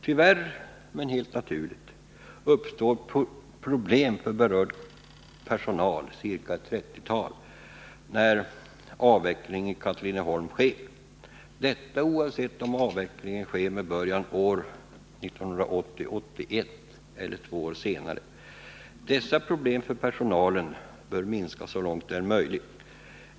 Tyvärr, men helt naturligt, uppstår problem för berörd personal — ett 30-tal personer — när avvecklingen i Katrineholm sker, detta oavsett om avvecklingen sker med början år 1980/81 eller två år senare. Dessa problem för personalen bör minskas så långt det är möjligt.